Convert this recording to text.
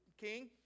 King